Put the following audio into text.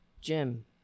Jim